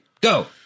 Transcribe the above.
go